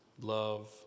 love